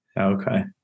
Okay